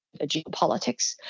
geopolitics